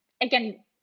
Again